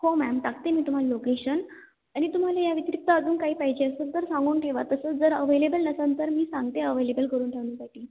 हो मॅम टाकते मी तुम्हाला लोकेशन आणि तुम्हाला याव्यतिरिक्त अजून काही पाहिजे असेल तर सांगून ठेवा तसं जर अव्हेलेबल नसंन तर मी सांगते अव्हेलेबल करून ठेवण्यासाठी